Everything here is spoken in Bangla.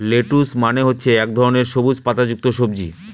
লেটুস মানে হচ্ছে এক ধরনের সবুজ পাতা যুক্ত সবজি